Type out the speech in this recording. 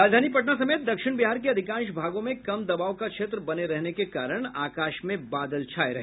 राजधानी पटना समेत दक्षिण बिहार के अधिकांश भागों में कम दबाव का क्षेत्र बने रहने के कारण आकाश में बादल छाये रहे